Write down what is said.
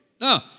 No